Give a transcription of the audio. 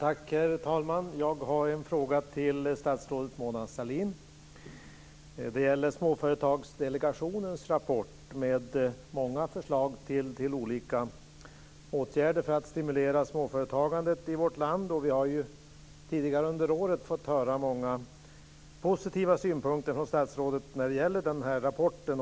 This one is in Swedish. Herr talman! Jag har en fråga till statsrådet Mona Sahlin. Det gäller Småföretagsdelegationens rapport med många förslag till åtgärder för att stimulera småföretagandet i vårt land. Vi har tidigare under året fått höra många positiva synpunkter från statsrådet på den här rapporten.